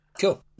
cool